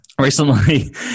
recently